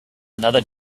another